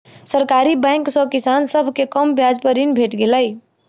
सरकारी बैंक सॅ किसान सभ के कम ब्याज पर ऋण भेट गेलै